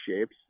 shapes